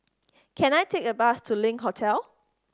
can I take a bus to Link Hotel